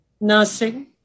nursing